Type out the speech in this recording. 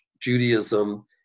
Judaism